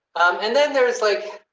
and then there is like,